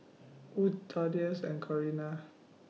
Wood Thaddeus and Corrina